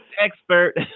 expert